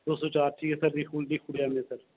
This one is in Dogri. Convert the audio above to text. दो सौ चार ठीक ऐ सर दिक्खी ओड़ेआ सर